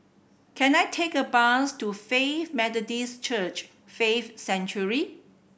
can I take a bus to Faith Methodist Church Faith Sanctuary